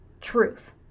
truth